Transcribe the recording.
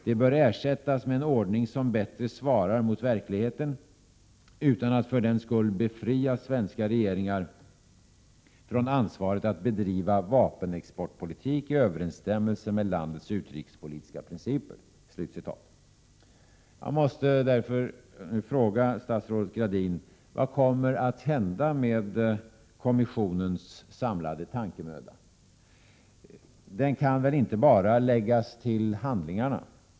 De bör ersättas med en ordning som bättre svarar mot verkligheten utan att för den skull befria svenska regeringar från ansvaret att bedriva vapenexportpolitik i överensstämmelse med landets utrikespolitiska principer.” Jag måste därför fråga statsrådet Gradin: Vad kommer att hända med kommissionens samlade tankemöda? Den kan väl inte bara läggas till handlingarna.